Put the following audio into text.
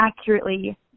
accurately